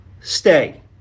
stay